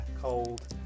cold